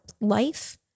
life